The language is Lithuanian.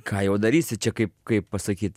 ką jau darysi čia kaip kaip pasakyt